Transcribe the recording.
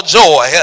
joy